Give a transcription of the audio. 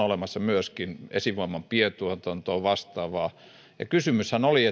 olemassa myöskin vesivoiman pientuotantoa ja vastaavaa kysymyshän oli